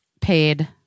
paid